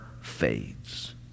fades